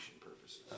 purposes